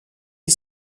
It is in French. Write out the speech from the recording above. les